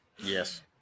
Yes